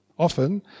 Often